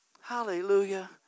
hallelujah